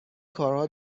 کارها